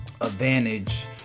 advantage